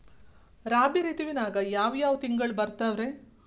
ರಾಬಿ ಋತುವಿನಾಗ ಯಾವ್ ಯಾವ್ ತಿಂಗಳು ಬರ್ತಾವ್ ರೇ?